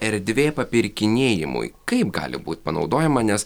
erdvė papirkinėjimui kaip gali būt panaudojama nes